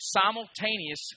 simultaneous